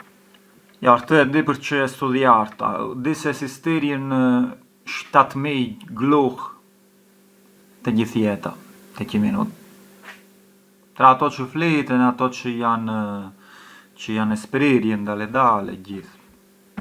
Jo këtë e di përçë e studhiarta, sistirjën shtat mijë gluhë te gjith jeta, jan ato çë fliten, jan ato çë jan e sprirjën dal e dal e gjith…